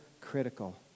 critical